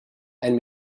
and